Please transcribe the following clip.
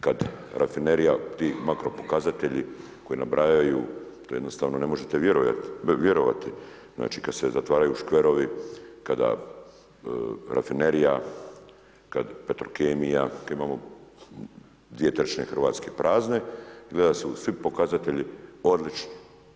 Kad rafinerija ti makropokazatelji koji nabrajaju, to jednostavno ne možete vjerovati, znači, kad se zatvaraju škverovi, kada rafinerija, kad petrokemija, imamo dvije trećine Hrvatske prazne, izgleda da su svi pokazatelji odlični.